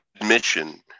admission